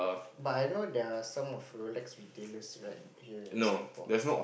but I know there are some of Rolex retailers right here in Singapore